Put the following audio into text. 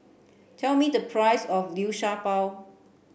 tell me the price of liu sha bao